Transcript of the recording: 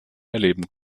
erleben